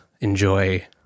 enjoy